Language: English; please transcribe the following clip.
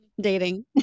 dating